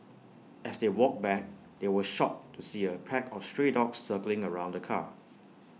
as they walked back they were shocked to see A pack of stray dogs circling around the car